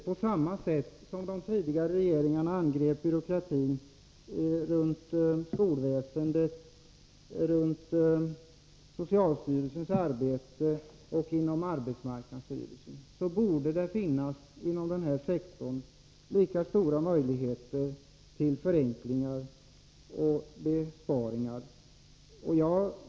På samma sätt som när de tidigare regeringarna angrep byråkrati beträffande skolväsendet, i socialstyrelsens arbete och inom arbetsmarknadsstyrelsen, borde det inom denna sektor finnas lika stora möjligheter till förenklingar och besparingar.